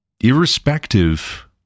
irrespective